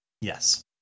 Yes